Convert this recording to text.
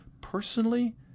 Personally